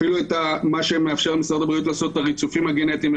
אפילו את מה שמאפשר למשרד הבריאות לעשות את הריצופים הגנטיים,